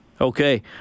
Okay